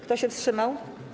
Kto się wstrzymał?